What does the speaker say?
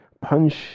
Punch